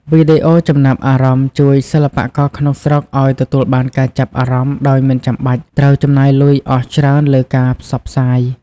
វីដេអូចំណាប់អារម្មណ៍ជួយសិល្បករក្នុងស្រុកឱ្យទទួលបានការចាប់អារម្មណ៍ដោយមិនចាំបាច់ត្រូវចំណាយលុយអស់ច្រើនលើការផ្សព្វផ្សាយ។